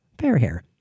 Fairhair